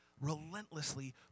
relentlessly